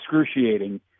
excruciating